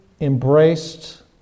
embraced